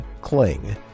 cling